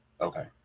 Okay